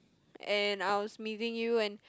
and I was missing you and